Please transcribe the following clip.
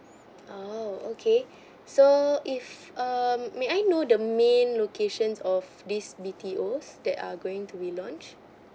oo okay so if um may I know the main locations of these B_T_O that are going to be launch